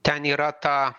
ten yra ta